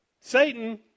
Satan